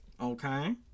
Okay